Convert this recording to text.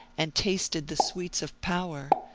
and tasted the sweets of power,